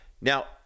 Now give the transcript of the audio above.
Now